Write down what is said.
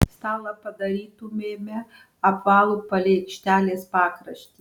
stalą padarytumėme apvalų palei aikštelės pakraštį